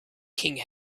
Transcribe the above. king